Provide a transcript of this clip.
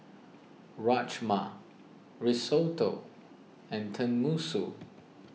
Rajma Risotto and Tenmusu